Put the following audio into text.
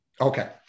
Okay